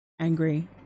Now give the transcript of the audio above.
angry